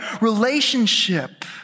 relationship